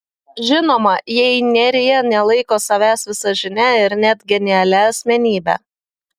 žinoma jei nerija nelaiko savęs visažine ir net genialia asmenybe